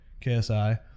KSI